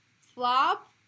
flop